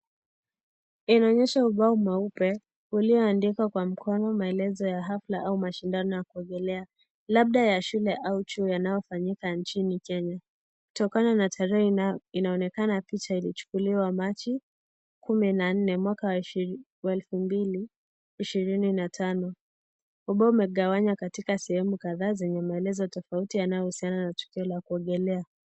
Inaonyesha ubao mweupe ulioandika kwa mkono, maelezo ya hafla au mashindano ya kuogelea labda ya shule au chuo yanayofanyika nchini Kenya. Kutokana na tarehe inaonekana picha ilichukuliwa Machi, kumi na nne, mwaka wa elfu mbili ishirini na tano. Ubao umegawanywa katika sehemu kadhaa zenye maelezo tofauti yanayohusiana na tukio la kuogelea